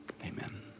amen